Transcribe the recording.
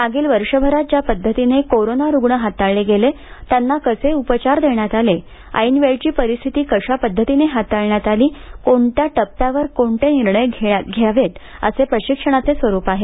मागील वर्षभरात ज्या पध्दतीने कोरोना रुग्ण हाताळले गेले त्यांना कसे उपचार देण्यात आले ऐन वेळची परिस्थिती कशा पध्दतीने हाताळण्यात आली कोणत्या टप्प्यावर कोणते निर्णय घ्यावेत असे प्रशिक्षणाचे स्वरूप आहे